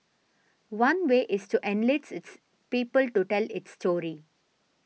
one way is to enlist its people to tell its story